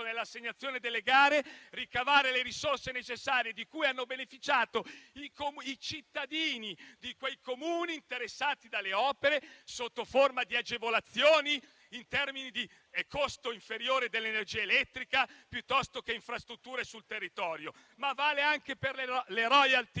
nell'assegnazione delle gare, hanno potuto ricavare le risorse necessarie, di cui hanno beneficiato i cittadini dei Comuni interessati dalle opere, sotto forma di agevolazioni in termini di costo inferiore dell'energia elettrica o di infrastrutture sul territorio? Vale anche per le *royalty*